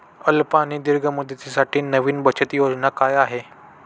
अल्प आणि दीर्घ मुदतीसाठी नवी बचत योजना काय आहे?